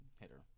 hitter